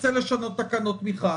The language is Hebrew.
ירצה לשנות תקנות תמיכה.